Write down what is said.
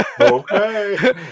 Okay